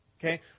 okay